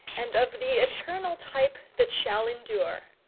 and of the eternal type that shall endure.